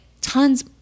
tons